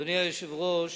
אדוני היושב-ראש,